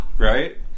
Right